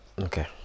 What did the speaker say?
Okay